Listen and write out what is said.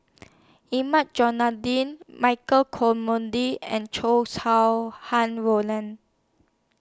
Hilmi Johandi Michael comendy and Chow Sau Hai Roland